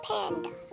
Panda